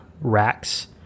racks